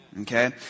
Okay